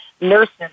nurses